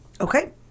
Okay